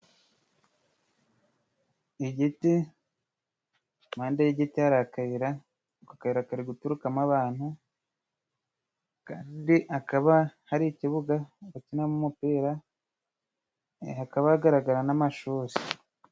Igiti impade y'igite hari akayira, ako kayira kari guturukamo abantu, kandi hakaba hari ikibuga bakiniramo umupira hakaba hagaragara n' amashuri.